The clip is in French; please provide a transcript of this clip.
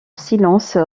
silence